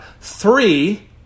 Three